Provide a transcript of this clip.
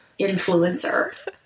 influencer